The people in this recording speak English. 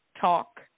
talk